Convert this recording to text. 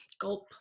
Gulp